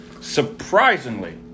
Surprisingly